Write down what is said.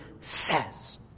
says